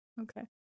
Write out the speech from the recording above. Okay